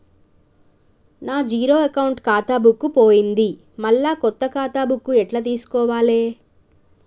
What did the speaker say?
నా zero account ఖాతా book పోయింది మళ్ళా కొత్త ఖాతా బుక్కు ఎట్ల తీసుకోవాలే?